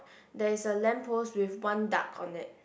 there is a lamp post with one duck on it